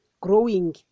growing